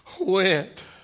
went